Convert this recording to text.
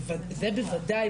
זה בוודאי,